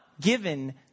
given